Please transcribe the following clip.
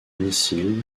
missile